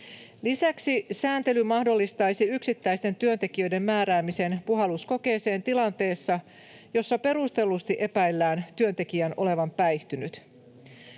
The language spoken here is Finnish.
Lisäksi sääntely mahdollistaisi yksittäisten työntekijöiden määräämisen puhalluskokeeseen tilanteessa, jossa perustellusti epäillään työntekijän olevan päihtynyt.